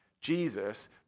Jesus